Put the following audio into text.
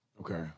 Okay